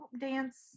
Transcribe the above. dance